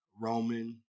Roman